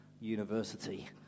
university